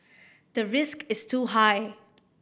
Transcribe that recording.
the risk is too high